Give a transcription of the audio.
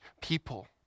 people